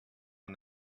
one